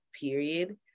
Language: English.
period